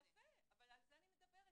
יפה, אבל על זה אני מדברת.